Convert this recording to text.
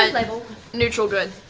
ah like neutral good.